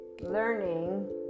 learning